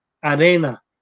arena